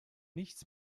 nichts